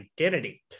Identity